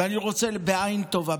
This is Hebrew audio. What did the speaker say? ואני רוצה לדבר בעין טובה.